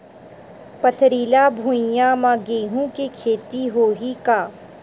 पथरिला भुइयां म गेहूं के खेती होही का?